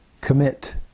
Commit